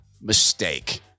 mistake